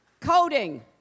coding